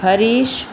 Harish